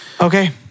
Okay